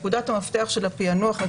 נקודת מפתח של הפענוח,